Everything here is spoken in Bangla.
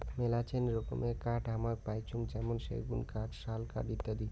মেলাছেন রকমের কাঠ হামাক পাইচুঙ যেমন সেগুন কাঠ, শাল কাঠ ইত্যাদি